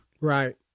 Right